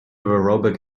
aerobic